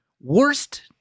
worst